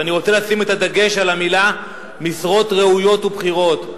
ואני רוצה לשים את הדגש במלים "משרות ראויות ובכירות",